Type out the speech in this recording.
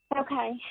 Okay